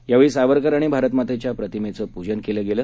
यावेळी सावरकर आणि भारतमातेच्या प्रतिमेचं पूजन केलं